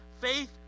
Faith